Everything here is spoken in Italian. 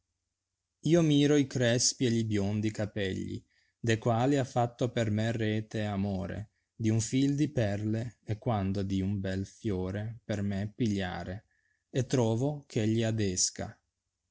o miro i crespi e gli biondi capegli de'quali ha fatto per me rete amore di un fir di perle e quando di un bel fiore per me pigliare e trovo eh egli adesca